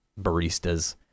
baristas